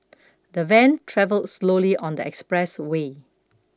the van travelled slowly on the expressway